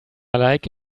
like